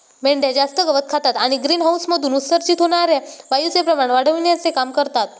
मेंढ्या जास्त गवत खातात आणि ग्रीनहाऊसमधून उत्सर्जित होणार्या वायूचे प्रमाण वाढविण्याचे काम करतात